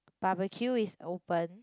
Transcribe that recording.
barbeque is open